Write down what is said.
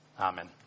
Amen